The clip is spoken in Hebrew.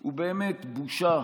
הוא באמת בושה,